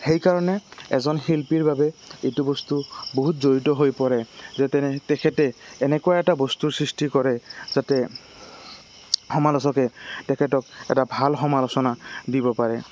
সেইকাৰণে এজন শিল্পীৰ বাবে এইটো বস্তু বহুত জড়িত হৈ পৰে যে তেনে তেখেতে এনেকুৱা এটা বস্তুৰ সৃষ্টি কৰে যাতে সমালোচকে তেখেতক এটা ভাল সমালোচনা দিব পাৰে